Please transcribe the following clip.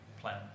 plan